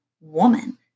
woman